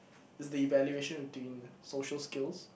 it's the evaluation between social skills